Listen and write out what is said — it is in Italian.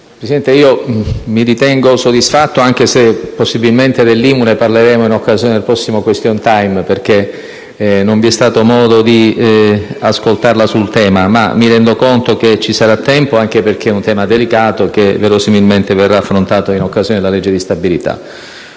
del Consiglio, mi ritengo soddisfatto, anche se, possibilmente, dell'IMU parleremo in occasione del prossimo *question time*, perché non vi è stato modo di ascoltarla sul tema, ma mi rendo conto che ci sarà tempo, anche perché è un tema delicato, che verosimilmente verrà affrontato in occasione della legge di stabilità.